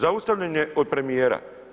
Zaustavljen je od premijera.